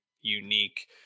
unique